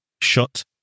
Shut